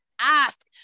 ask